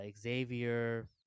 Xavier